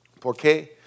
Porque